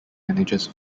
manages